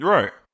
Right